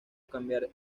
cambiar